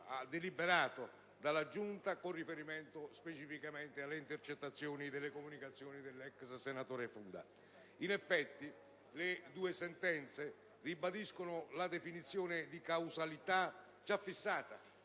già deliberato dalla Giunta con riferimento specificatamente alle intercettazioni delle comunicazioni dell'ex senatore Fuda. Esse ribadiscono, infatti, la definizione di casualità già fissata